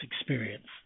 experience